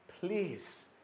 Please